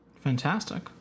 Fantastic